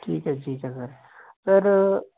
ਠੀਕ ਹੈ ਜੀ ਠੀਕ ਹੈ ਸਰ ਸਰ